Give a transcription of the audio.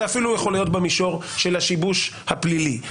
אפילו יכול להיות במישור של השיבוש הפלילי.